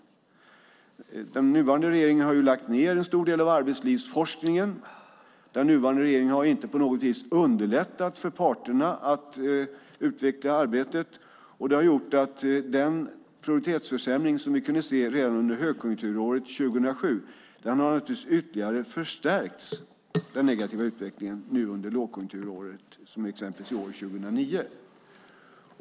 Den nuvarande regeringen har lagt ned en stor del av arbetslivsforskningen. Den nuvarande regeringen har inte på något vis underlättat för parterna att utveckla arbetet. Det har gjort att den produktivitetsförsämring som vi kunde se redan under högkonjunkturåret 2007 naturligtvis ytterligare har förstärkts. Det handlar om den negativa utvecklingen nu under lågkonjunkturåren, exempelvis i år, 2009.